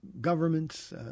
governments